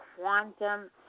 quantum